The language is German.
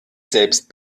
selbst